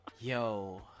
Yo